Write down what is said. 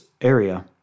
area